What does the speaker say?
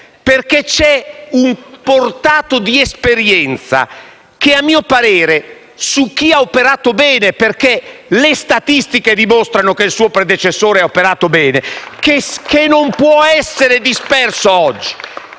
perché c'è un portato di esperienza di chi, a mio parere, ha operato bene - perché le statistiche dimostrano che il suo predecessore ha operato bene - che non può essere disperso oggi.